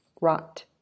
rot